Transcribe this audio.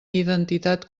identitat